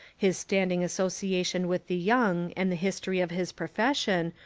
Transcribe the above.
his standing association with the young and the history of his profession,